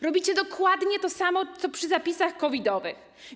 Robicie dokładnie to samo, co przy zapisach COVID-owych.